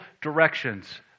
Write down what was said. directions